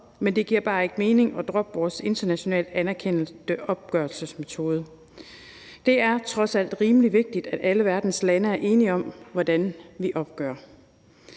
men det giver bare ikke mening at droppe vores internationalt anerkendte opgørelsesmetode. Det er trods alt rimelig vigtigt, at alle verdens lande er enige om, hvordan vi opgør